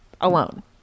alone